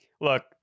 Look